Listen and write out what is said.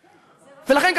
ולכן,